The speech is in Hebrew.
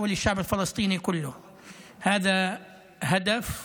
אולם הם לא הצליחו